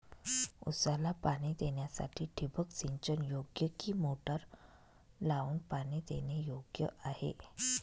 ऊसाला पाणी देण्यासाठी ठिबक सिंचन योग्य कि मोटर लावून पाणी देणे योग्य आहे?